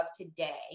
today